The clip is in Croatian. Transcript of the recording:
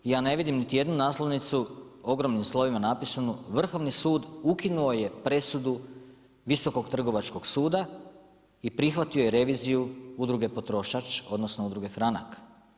I ja ne vidim niti jednu naslovnicu ogromnim slovima napisano Vrhovni sud ukinuo je presudu Visokog trgovačkog suda i prihvatio je reviziju Udruge potrošač, odnosno, udruge Franak.